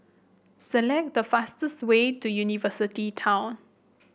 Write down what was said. select the fastest way to University Town